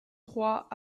trois